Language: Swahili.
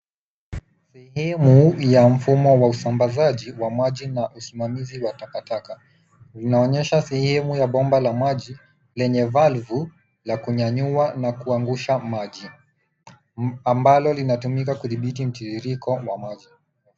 Sehemu ya mfumo wa usambazaji wa maji na usimamizi wa takataka. Inaonyesha sehemu ya bomba la maji lenye valve ya kunyanyua na kuangusha maji ambalo linatumika kudhibiti mtiririko wa maji.